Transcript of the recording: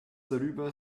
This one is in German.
darüber